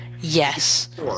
Yes